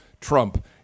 Trump